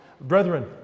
Brethren